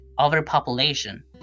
overpopulation